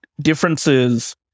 differences